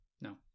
no